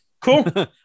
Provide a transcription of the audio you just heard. Cool